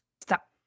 Stop